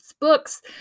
books